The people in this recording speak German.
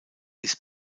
ist